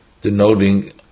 denoting